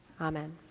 Amen